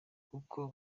kuko